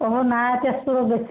অঁ নাই তেছপুৰত গৈছে